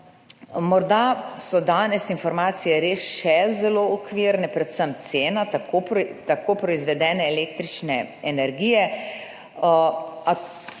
Morda so danes informacije res še zelo okvirne, predvsem cena tako proizvedene električne energije,